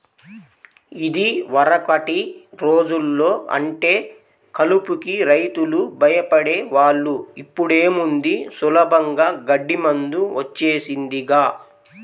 యిదివరకటి రోజుల్లో అంటే కలుపుకి రైతులు భయపడే వాళ్ళు, ఇప్పుడేముంది సులభంగా గడ్డి మందు వచ్చేసిందిగా